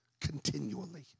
continually